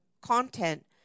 content